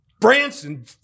Branson